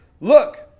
look